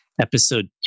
episode